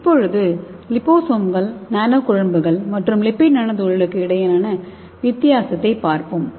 இப்போது லிபோசோம்கள் நானோ குழம்புகள் மற்றும் லிப்பிட் நானோ துகள்களுக்கு இடையிலான வித்தியாசத்தைப் பார்ப்போம்